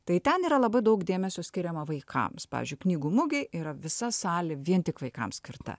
tai ten yra labai daug dėmesio skiriama vaikams pavyzdžiui knygų mugėj yra visa salė vien tik vaikam skirta